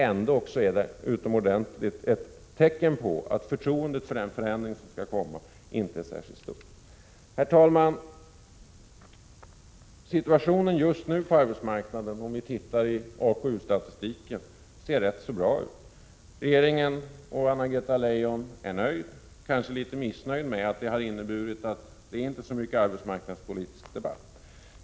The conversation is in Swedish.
Ändå är det ett utomordentligt bra tecken på att förtroendet för den förändring som skall komma inte är särskilt stort. Herr talman! Situationen just nu på arbetsmarknaden är enligt AKU statistiken rätt så bra. Regeringen och Anna-Greta Leijon är nöjda, kanske litet missnöjda med att det inneburit att det inte blir så mycket arbetsmarknadspolitisk debatt.